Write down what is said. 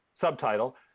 subtitle